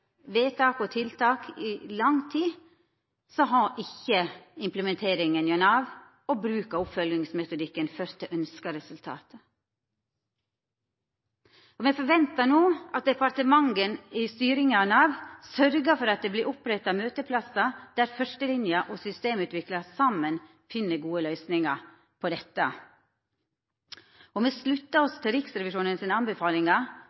vedtak og tiltak i lang tid har ikkje implementeringa hjå Nav og bruk av oppfølgingsmetodikken ført til ønskt resultat. Me ventar no at departementet i styringa av Nav sørgjer for at det vert oppretta møteplassar der førstelinja og systemutviklarar saman finn gode løysingar på dette. Me sluttar oss til Riksrevisjonens anbefalingar